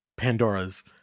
Pandoras